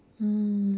mm